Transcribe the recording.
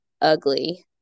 ugly